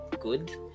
good